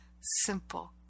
simple